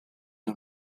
del